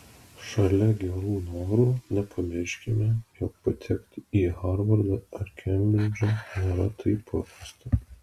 šalia gerų norų nepamirškime jog patekti į harvardą ar kembridžą nėra taip paprasta